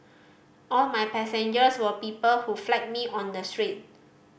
all my passengers were people who flagged me on the street